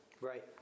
Right